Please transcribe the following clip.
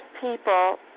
people